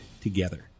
together